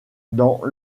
dans